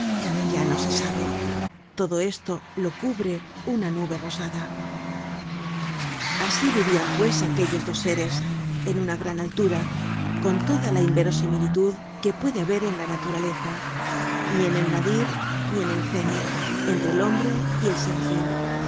ya no se sabe todo esto lo cubre una nube rosada asi vivian pues aquellos dos seres en una gran altura con toda la inverosimilitud que puede haber en la naturaleza ni en el nadir ni en el zenit entre el hombre y el serafín